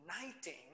uniting